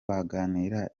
bagakinira